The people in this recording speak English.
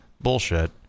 Bullshit